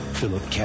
Philip